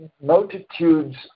multitudes